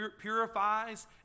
purifies